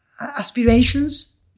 aspirations